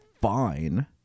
fine